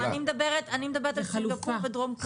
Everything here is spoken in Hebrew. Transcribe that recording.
אני מדברת על יצור בדרום קוריאה.